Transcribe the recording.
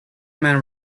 men